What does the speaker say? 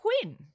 Quinn